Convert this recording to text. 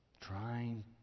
trying